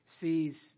sees